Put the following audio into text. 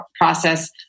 process